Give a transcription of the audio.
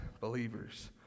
believers